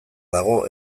dago